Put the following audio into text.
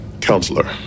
Counselor